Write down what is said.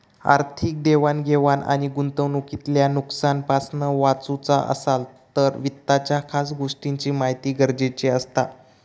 आर्थिक देवाण घेवाण आणि गुंतवणूकीतल्या नुकसानापासना वाचुचा असात तर वित्ताच्या खास गोष्टींची महिती गरजेची असता